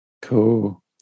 Cool